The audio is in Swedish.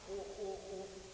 Herr talman!